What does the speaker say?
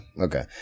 Okay